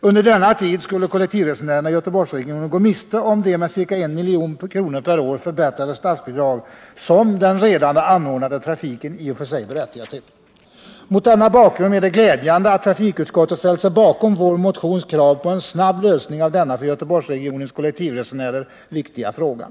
Under denna tid skulle kollektivresenärerna i Göteborgsregionen gå miste om det med ca 1 milj.kr. per år förbättrade statsbidrag som den redan anordnade trafiken i och för sig berättigar till. Mot denna bakgrund är det glädjande att trafikutskottet ställt sig bakom vår motions krav på en snabb lösning av denna för Göteborgsregionens kollektivresenärer viktiga fråga.